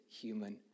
human